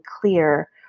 clear